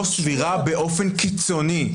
היא לא סבירה באופן קיצוני.